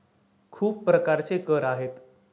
खूप प्रकारचे कर आहेत